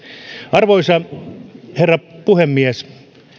arvoisa herra puhemies